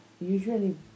usually